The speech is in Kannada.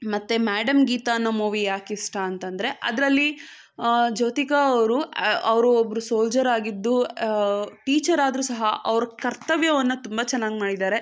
ಮತ್ತೆ ಮ್ಯಾಡಮ್ ಗೀತಾ ಅನ್ನೊ ಮೂವಿ ಯಾಕಿಷ್ಟ ಅಂತಂದರೆ ಅದರಲ್ಲಿ ಜ್ಯೋತಿಕಾ ಅವರು ಅವರು ಒಬ್ಬರು ಸೋಲ್ಜರ್ ಆಗಿದ್ದು ಟೀಚರ್ ಆದರೂ ಸಹ ಅವರ ಕರ್ತವ್ಯವನ್ನು ತುಂಬ ಚೆನ್ನಾಗಿ ಮಾಡಿದ್ದಾರೆ